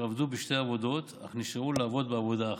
עבדו בשתי עבודות אך נשארו לעבוד בעבודה אחת,